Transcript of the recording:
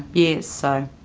yeah so,